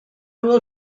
will